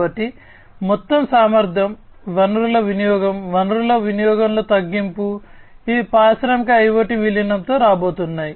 కాబట్టి మొత్తం సామర్థ్య వనరుల వినియోగం వనరుల వినియోగంలో తగ్గింపు ఇవి పారిశ్రామిక ఐయోటి విలీనంతో రాబోతున్నాయి